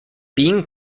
being